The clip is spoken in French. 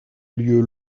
lieu